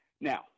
Now